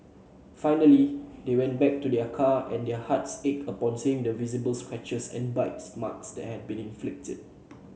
finally they went back to their car and their hearts ached upon seeing the visible scratches and bite marks that had been inflicted